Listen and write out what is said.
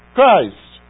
Christ